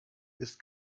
ist